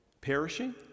Perishing